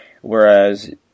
whereas